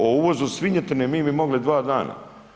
O uvozu svinjetine mi bi mogli dva dana.